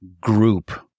group